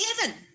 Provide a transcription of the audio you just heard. heaven